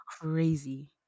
Crazy